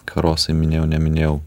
karosai minėjau neminėjau